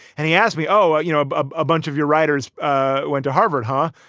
and he asked me, oh, you know, a bunch of your writers ah went to harvard, huh?